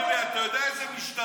זה מזכיר לי אתה יודע איזה משטר.